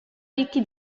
picchi